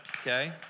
okay